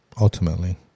ultimately